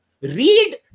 Read